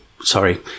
sorry